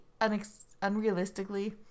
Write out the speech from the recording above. unrealistically